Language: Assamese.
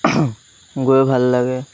গৈ ভাল লাগে